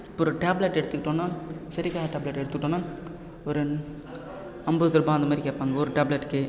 அப்பறம் டேப்லெட் எடுத்துகிட்டோம்னா செரிக்காத டேப்லெட் எடுத்துக்கிட்டோம்னா ஒரு அம்பதுரூபா அந்தமாதிரி கேட்பாங்க ஒரு டேப்லெட்டுக்கே